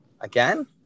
again